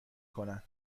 کنن